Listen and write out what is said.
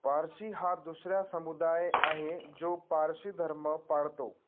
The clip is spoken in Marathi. पारशी हा दुसरा समुदाय आहे जो पारशी धर्म पाळतो